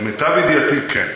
למיטב ידיעתי כן.